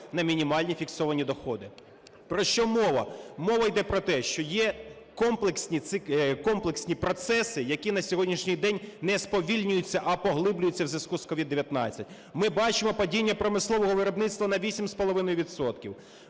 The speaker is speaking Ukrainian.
на мінімальні фіксовані доходи. Про що мова? Мова йде про те, що є комплексні процеси, які на сьогоднішній день не сповільнюються, а поглиблюються в зв'язку з COVID-19. Ми бачимо падіння промислового виробництва на 8,5